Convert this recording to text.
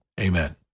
Amen